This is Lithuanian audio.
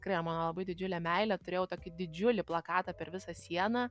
tikrai jie mano labai didžiulė meilė turėjau tokį didžiulį plakatą per visą sieną